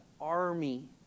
army